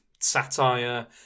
Satire